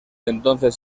entonces